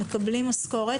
מקבלים משכורת